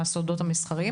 הפרוטוקולים.